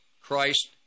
Christ